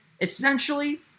Essentially